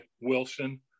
Wilson